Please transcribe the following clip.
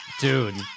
dude